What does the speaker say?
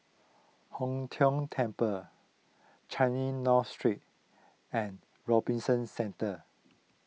Hong Tho Temple Changi North Street and Robinson Centre